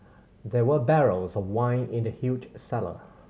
there were barrels of wine in the huge cellar